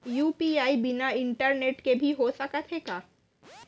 UPI बिना internet के भी हो सकत हे का?